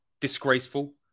disgraceful